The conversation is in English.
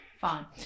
Fine